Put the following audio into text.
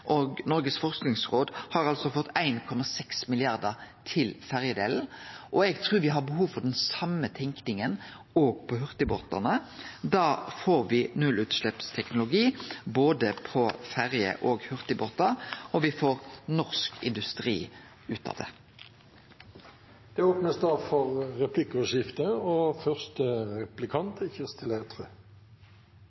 og Noregs forskingsråd har altså fått 1,6 mrd. kr til ferjedelen, og eg trur me har behov for den same tenkinga òg når det gjeld hurtigbåtane. Da får me nullutsleppsteknologi både på ferjer og hurtigbåtar, og me får norsk industri ut av det. Det